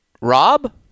Rob